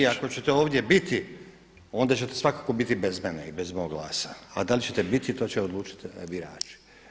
Vi ako ćete ovdje biti onda ćete svakako biti bez mene i bez moga glasa, ali da li ćete biti to će odlučiti birači.